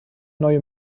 neue